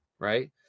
right